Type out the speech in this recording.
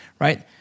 right